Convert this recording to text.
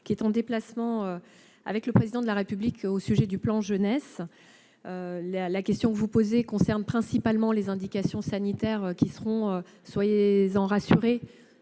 qui est en déplacement avec le Président de la République au sujet du plan Priorité jeunesse. La question que vous posez concerne principalement les indications sanitaires, qui seront travaillées